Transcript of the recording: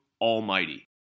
ALMIGHTY